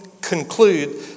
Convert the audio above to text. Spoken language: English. conclude